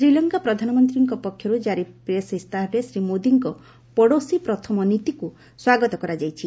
ଶ୍ରୀଲଙ୍କା ପ୍ରଧାନମନ୍ତ୍ରୀଙ୍କ ପକ୍ଷରୁ ଜାରି ପ୍ରେସ୍ ଇସ୍ତାହାରରେ ଶ୍ରୀ ମୋଦିଙ୍କ 'ପଡ଼ୋଶୀ ପ୍ରଥମ' ନୀତିକୁ ସ୍ୱାଗତ କରାଯାଇଛି